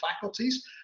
faculties